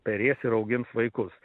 perės ir augins vaikus